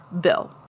Bill